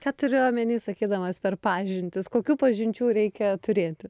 ką turi omeny sakydamas per pažintis kokių pažinčių reikia turėti